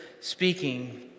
speaking